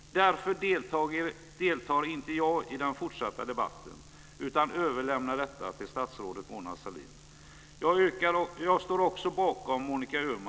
Därför deltar jag inte i den fortsatta debatten utan överlämnar detta till statsrådet Mona Sahlin. Jag står också bakom Monica